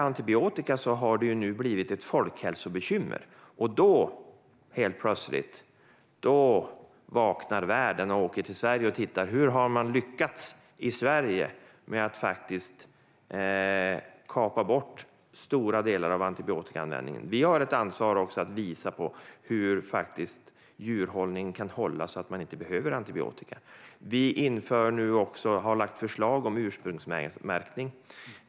Antibiotika har blivit ett folkhälsobekymmer, och då helt plötsligt vaknar världen och åker till Sverige och tittar på hur vi har lyckats kapa stora delar av antibiotikaanvändningen. Vi har ett ansvar för att visa på hur djurhållning kan ske så att antibiotika inte behövs. Vi inför och har lagt fram förslag om ursprungsmärkning.